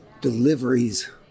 deliveries